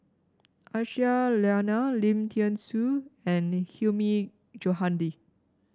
Aisyah Lyana Lim Thean Soo and Hilmi Johandi